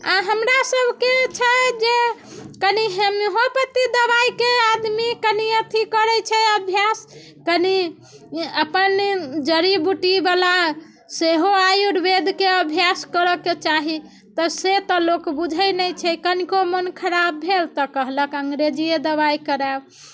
आ हमरा सबके छै जे कनी हेमोपेथी दबाइ दबाइके आदमी कनि अथी करैत छै अभ्यास कनि अपन जड़ी बूटी बला सेहो आयुर्वेदके अभ्यास करऽके चाही तऽ से तऽ लोक बुझैत नहि छै कनिको मन खराब भेल तऽ कहलक अंग्रेजीए दबाइ करायब